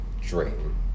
Dream